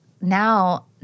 now